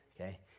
okay